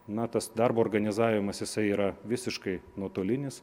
na tas darbo organizavimas jisai yra visiškai nuotolinis